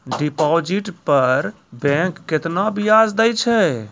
Deposit पर bank केतना ब्याज दै छै?